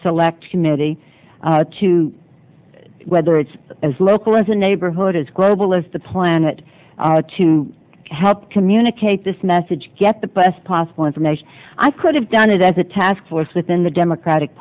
select committee to whether it's as local as a neighborhood as global as the planet are to help communicate this message get the best possible information i could have done it as a task force within the democratic